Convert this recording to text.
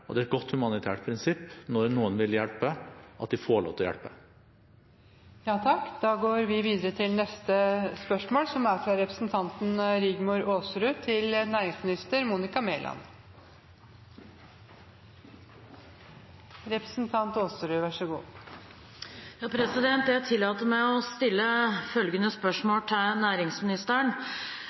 og det er et godt humanitært prinsipp at når noen vil hjelpe, får de lov til å hjelpe. Jeg tillater meg å stille følgende spørsmål til